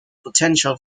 potential